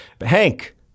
hank